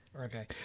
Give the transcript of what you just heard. Okay